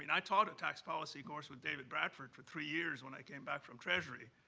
and i taught a tax policy course with david bradford for three years when i came back from treasury.